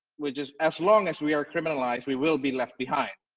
which is as long as we are criminlised we will be left behind,